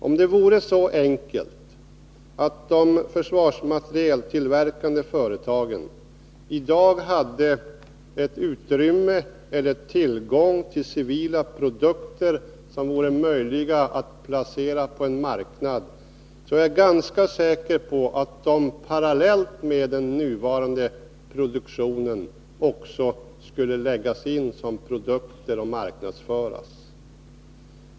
Om det vore så enkelt att de försvarsmaterieltillverkande företagen i dag hade utrymme för eller tillgång till civila produkter som vore möjliga att placera på en marknad, så är jag ganska säker på att de parallellt med den nuvarande produktionen också skulle inkluderas bland företagens produkter och marknadsföras.